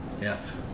Yes